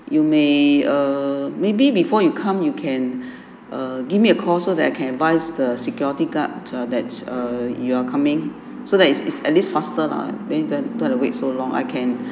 you may err maybe before you come you can err give me a call so that I can advise the security guard err that err you're coming so that is at least faster lah then then don't have wait so long I can